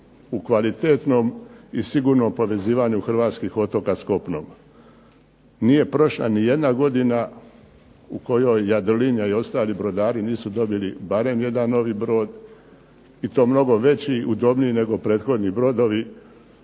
u kvalitetnom i sigurnom povezivanju hrvatskih otoka s kopnom. Nije prošla ni jedna godina u kojoj Jadrolinija i ostali brodari nisu dobili barem jedan novi brod i to mnogo veći i udobniji nego prethodni brodovi,